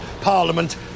Parliament